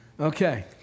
Okay